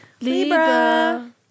Libra